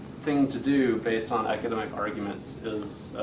thing to do based on academic arguments is,